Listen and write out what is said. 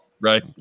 Right